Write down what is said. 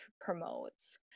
promotes